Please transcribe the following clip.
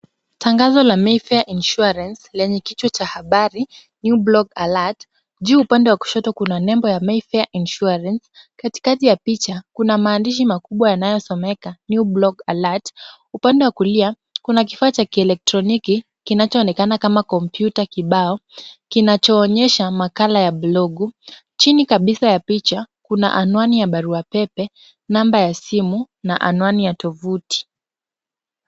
Tangazo la Mayfair Insurance lenye kichwa cha habari new blog alert . Juu upande wa kushoto kuna nembo ya Mayfair Insurance . Katikati ya picha kuna maandishi makubwa yanayosomeka new blog alert . Upande wa kulia kuna kifaa cha kielektroniki kinachoonekana kama kompyuta kibao, kinachoonyesha makala ya blogu. Chini kabisa ya picha kuna anwani ya barua pepe, namba ya simu na anwani ya tuvuti.